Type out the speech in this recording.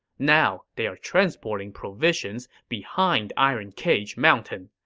now, they are transporting provisions behind iron cage mountain.